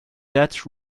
that